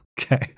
Okay